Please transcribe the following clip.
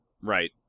Right